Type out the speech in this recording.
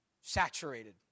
saturated